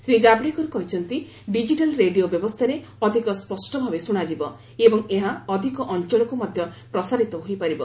ଶ୍ରୀ ଜାଭଡେକର କହିଛନ୍ତି digital radio ବ୍ୟବସ୍ଥାରେ ଅଧିକ ସ୍ୱଷ୍ଟ ଭାବେ ଶୁଣାଯିବ ଏବଂ ଏହା ଅଧିକ ଅଞ୍ଚଳକୁ ମଧ୍ୟ ପ୍ରସାରିତ ହୋଇପାରିବ